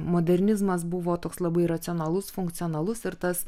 modernizmas buvo toks labai racionalus funkcionalus ir tas